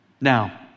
Now